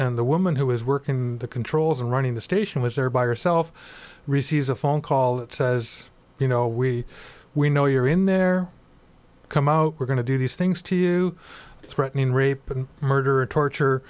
and the woman who was working the controls and running the station was there by herself received a phone call that says you know we we know you're in there come out we're going to do these things to you threatening rape and murder and torture